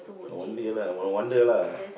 no wonder lah no wonder lah